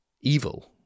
evil